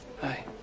Hi